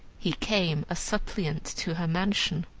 he came a suppliant to her mansion.